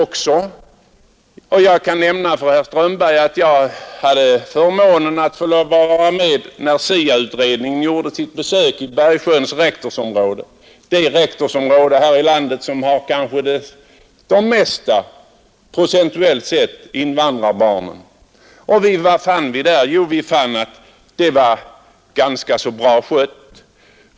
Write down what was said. Men jag kan nämna för herr Strömberg att jag hade förmånen att få vara med när SIA-utredningen gjorde sitt besök i Bergsjöns rektorsområde i Göteborg, det rektorsområde som procentuellt kanske har de flesta invandrarbarnen. Och vad fann vi där? Jo, att det hela var ganska så bra skött.